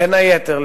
בין היתר,